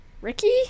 Ricky